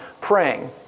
praying